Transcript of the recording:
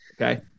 okay